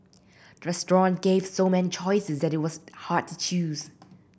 restaurant gave so many choices that it was hard to choose